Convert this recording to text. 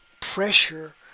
pressure